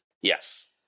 Yes